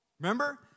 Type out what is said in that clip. Remember